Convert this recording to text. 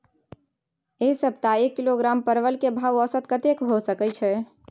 ऐ सप्ताह एक किलोग्राम परवल के भाव औसत कतेक होय सके छै?